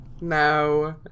No